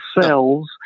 cells